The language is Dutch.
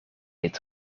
het